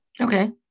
Okay